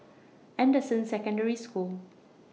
Anderson Secondary School